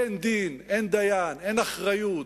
אין דין, אין דיין, אין אחריות,